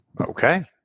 Okay